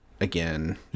again